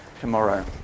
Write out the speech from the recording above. tomorrow